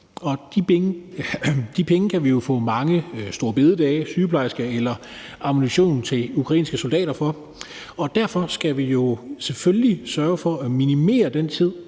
De penge kan vi jo få mange store bededage, sygeplejersker eller ammunition til ukrainske soldater for. Derfor skal vi jo selvfølgelig sørge for at minimere den tid